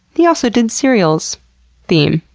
he also did serial's theme.